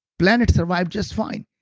planet survived just fine.